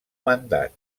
mandat